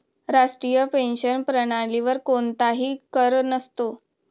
राष्ट्रीय पेन्शन प्रणालीवर कोणताही कर नसतो